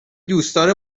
دوستدار